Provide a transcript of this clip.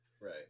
Right